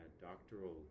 doctoral